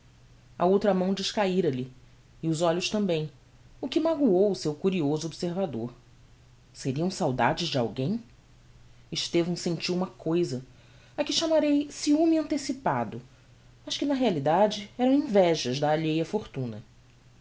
a outra mão descaira lhe e os olhos tambem o que magoou o seu curioso observador seriam saudades de alguem estevão sentiu uma cousa a que chamarei ciume antecipado mas que na realidade eram invejas da alheia fortuna